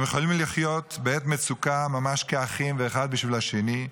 הם יכולים לחיות בעת מצוקה ממש כאחים ואחד בשביל השני,